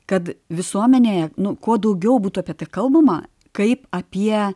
kad visuomenėje nu kuo daugiau būtų apie tai kalbama kaip apie